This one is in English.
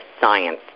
Science